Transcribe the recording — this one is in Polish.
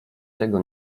tego